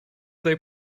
they